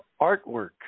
artwork